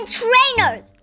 trainers